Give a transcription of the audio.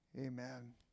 Amen